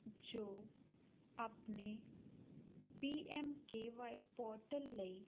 ਜੋ ਆਪਣੇ PMKY portal ਲਈ